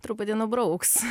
truputį nubrauks